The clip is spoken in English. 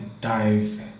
dive